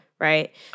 right